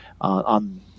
on